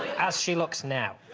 as she looks now